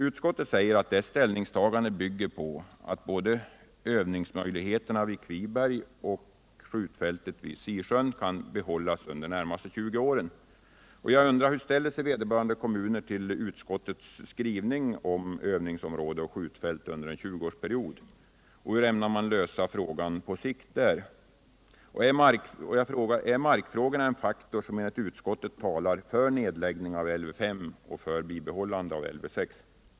Utskottet säger att dess ställningstagande bygger på att både övningsmöjligheterna på Kviberg och skjutfältet vid Sisjön kan behållas under de närmaste 20 åren. Jag undrar: Hur ställer sig vederbörande kommuner till utskottets skrivning om övningsområde och skjutfält under en 20-årsperiod? Hur ämnar man lösa skjutfältsfrågan på sikt i Göteborgsområdet? Är markfrågorna en faktor som enligt utskottet talar för nedläggning av Lv 5 och behållande av Lv 6?